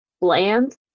bland